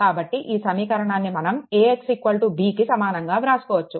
కాబట్టి ఈ సమీకరణాన్ని మనం AXB కి సమానంగా వ్రాసుకోవచ్చు